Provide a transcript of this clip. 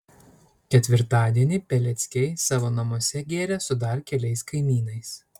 ketvirtadienį peleckiai savo namuose gėrė su dar keliais kaimynais